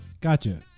Gotcha